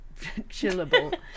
chillable